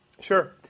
Sure